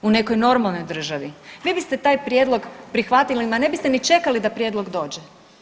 U nekoj normalnoj državi vi biste taj prijedlog prihvatili, ma ne biste ni čekali da prijedlog dođe.